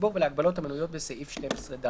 הציבור ולהגבלות המנויות בסעיף 12ד: